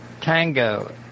Tango